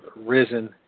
risen